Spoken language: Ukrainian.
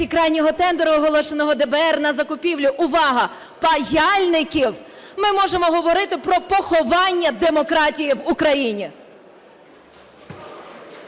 крайнього тендеру, оголошеного ДБР на закупівлю (увага!) паяльників, ми можемо говорити про поховання демократії в Україні.